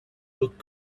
looked